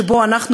שבו אנחנו,